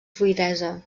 fluïdesa